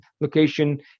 location